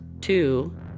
two